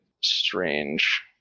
strange